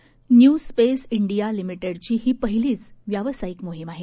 new space India लिमिटेडची ही पहिलीच व्यावसायिक मोहीम आहे